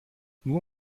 nur